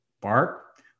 bark